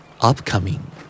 Upcoming